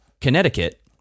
Connecticut